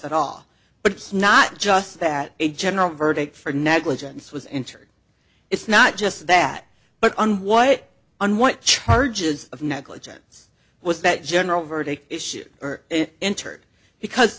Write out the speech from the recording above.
at all but it's not just that a general verdict for negligence was interred it's not just that but on what on what charges of negligence was that general verdict issue entered because